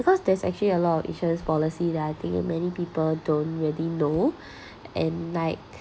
because there's actually a lot of insurance policy that I think many people don't really know and like